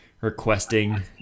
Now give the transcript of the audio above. requesting